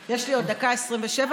יש לי עוד 1:27 דקות,